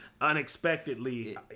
unexpectedly